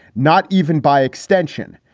not even by extension.